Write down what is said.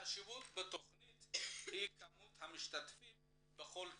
חשיבות התכנית היא כמות המשתתפים בכל תכנית.